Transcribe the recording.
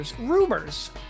Rumors